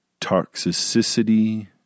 toxicity